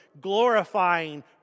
glorifying